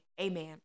Amen